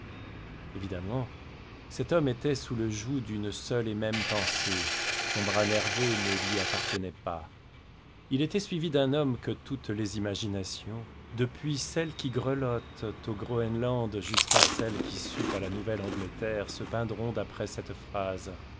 évidemment cet homme était sous le joug d'une seule et même pensée son bras nerveux ne lui appartenait pas il était suivi d'un homme que toutes les imaginations depuis celles qui grelottent au groënland jusqu'à celles qui suent à la nouvelle-angleterre se peindront d'après cette phrase